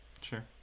Sure